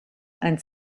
and